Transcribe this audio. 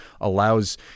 allows